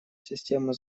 системы